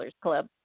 Club